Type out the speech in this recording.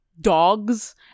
dogs